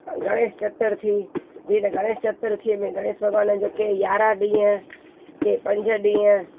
गणेश चतुर्थी जी इन गणेश चतुर्थी में गणेश भॻवान जो के यारहां ॾींहं के पंज ॾींहं